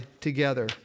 together